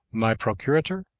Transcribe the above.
my procurator.